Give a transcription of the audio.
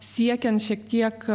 siekiant šiek tiek